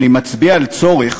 אני מצביע על צורך